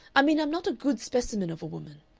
i mean i'm not a good specimen of a woman.